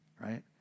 right